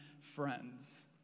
friends